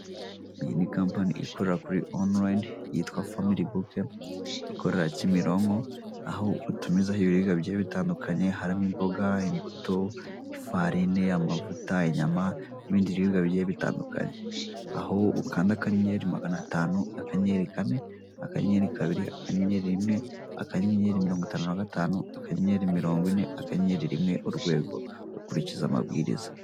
Iyi ni kapani ikorera kuri onurayine yitwa famiri buke ikorera Kimironko hotumizaho ibiribwa bigiye bitandukanye harimo imboga, imbuto ,ifarine, amavuta ,inyama nibindi biribwa bigiye bitandukanye aho ukanda akanyenyeri maganatanu akanyenyeri kane akanyenyeri kabiri akanyenyeri rimwe akanyenyeri mirongotanu na gatanu akanyenyeri mirongine akanyenyeri rimwe ugakurikiza amabwiriza